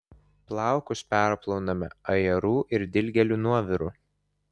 plaukus perplauname ajerų ir dilgėlių nuoviru